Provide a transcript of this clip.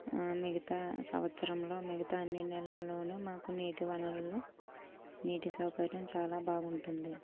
ఆ మిగతా సంవత్సరంలో మిగతా అన్ని నెలల్లోను మాకు నీటి వనరులు నీటి సౌకర్యం చాలా బాగుంటుంది